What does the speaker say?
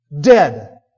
dead